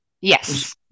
yes